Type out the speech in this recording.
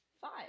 Five